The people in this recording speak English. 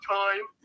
time